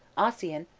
ossian,